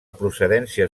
procedència